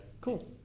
Cool